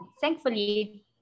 thankfully